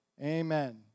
Amen